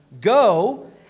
go